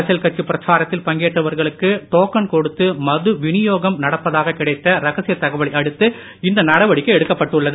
அரசியல் கட்சி பிரச்சாரத்தில் பங்கேற்றவர்களுக்கு டோக்கன் கொடுத்து மது வினியோகம் நடப்பதாக கிடைத்த ரகசிய தகவலை அடுத்து இந்த நடவடிக்கை எடுக்கப்பட்டுள்ளது